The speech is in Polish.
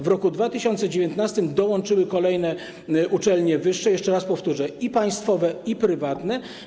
W roku 2019 dołączyły kolejne uczelnie wyższe, jeszcze raz powtórzę, i państwowe, i prywatne.